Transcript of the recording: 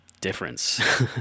difference